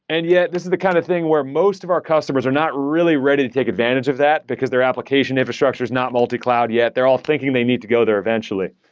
and yet this is the kind of thing where most of our customers are not really ready to take advantage of that, because their application infrastructure is not multi-cloud yet. they're all thinking they need to go there eventually.